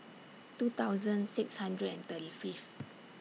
two thousand six hundred and thirty Fifth